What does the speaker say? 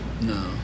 No